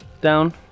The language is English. down